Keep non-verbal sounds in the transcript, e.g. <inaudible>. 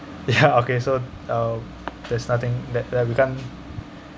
ya <laughs> okay so uh there's nothing that ya we can't